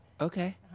Okay